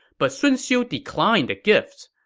but sun xiu declined the gifts.